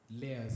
layers